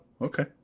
okay